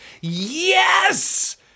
Yes